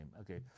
Okay